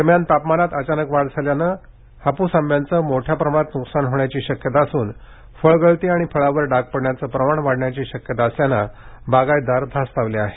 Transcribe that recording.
दरम्यान तापमानात अचानक झालेल्या या वाढीमुळे तयार झालेल्या हापूस आंब्याचं मोठ्या प्रमाणात नुकसान होण्याची शक्यता असून फळगळती आणि फळावर डाग पडण्याचं प्रमाण वाढण्याची शक्यता असल्यानं बागायतदार धास्तावले आहेत